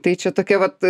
tai čia tokia vat